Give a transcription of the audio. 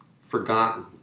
forgotten